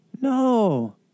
No